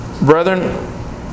Brethren